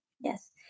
Yes